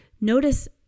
Notice